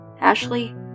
Ashley